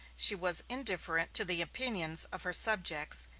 she was indifferent to the opinions of her subjects,